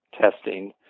testing